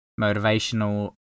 motivational